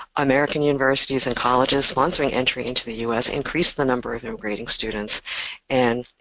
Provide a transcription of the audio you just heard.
american universities and colleges, sponsoring entry into the us, increase the number of immigrating students and,